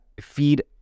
feed